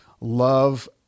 love